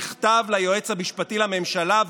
מכתב ליועץ המשפטי לממשלה,